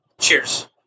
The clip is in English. Cheers